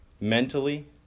mentally